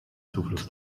zufluss